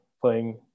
playing